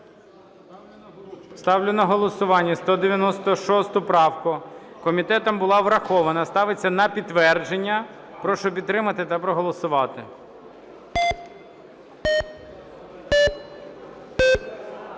Ставлю на голосування 196 правку. Комітетом була врахована. Ставиться на підтвердження. Прошу підтримати та проголосувати.